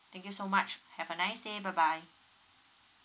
thank you so much have a nice day bye bye